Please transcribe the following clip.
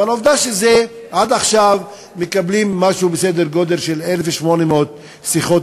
אבל עובדה שעד עכשיו מקבלים משהו בסדר גודל של 1,800 בחודש.